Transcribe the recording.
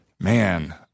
man